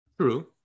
True